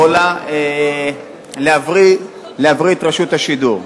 יכולה להבריא את רשות השידור.